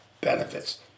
benefits